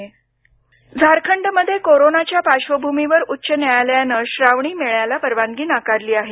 झारखंड झारखंडमध्ये कोरोनाच्या पार्श्वभूमीवर उच्च न्यायालयानं श्रावणी मेळ्याला परवानगी नाकारली आहे